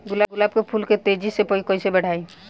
गुलाब के फूल के तेजी से कइसे बढ़ाई?